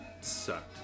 Sucked